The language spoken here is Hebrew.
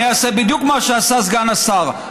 אני אעשה בדיוק מה שעשה סגן השר,